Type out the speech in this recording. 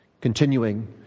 Continuing